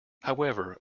however